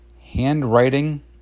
handwriting